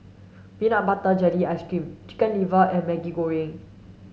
peanut butter jelly ice cream chicken liver and Maggi Goreng